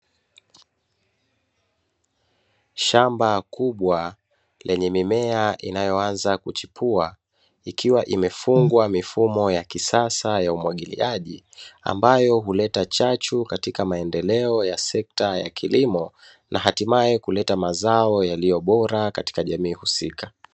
Shamba kubwa lenye mimea inayoanza kuchipua ikiwa imefungwa mifumo ya kisasa ya umwagiliaji, ambayo huleta chachu katika maendeleo ya sekta ya kilimo na hatimaye kuleta mazao yaliyo bora katika jamii husika.